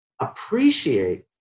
appreciate